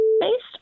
based